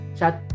chat